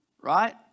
Right